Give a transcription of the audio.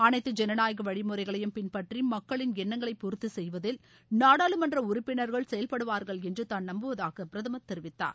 அனைத்து ஜனநாயக வழிமுறைகளையும் பின்பற்றி மக்களின் என்ணங்களை பூர்த்தி செய்வதில் நாடாளுமன்ற உறுப்பினர்கள் செயல்படுவார்கள் என்று தான் நம்புவதாக பிரதமர் தெரிவித்தார்